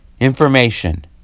Information